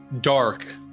dark